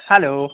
hello